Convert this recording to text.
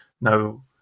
no